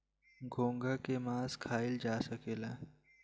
घोंघा के मास खाइल जा सकेला